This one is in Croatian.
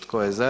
Tko je za?